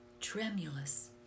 tremulous